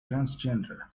transgender